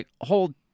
hold